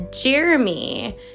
Jeremy